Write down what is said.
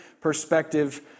perspective